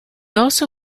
also